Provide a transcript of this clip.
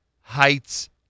Heights